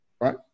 right